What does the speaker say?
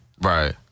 Right